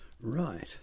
Right